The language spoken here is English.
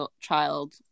child